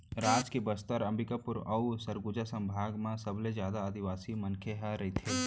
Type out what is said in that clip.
राज के बस्तर, अंबिकापुर अउ सरगुजा संभाग म सबले जादा आदिवासी मनखे ह रहिथे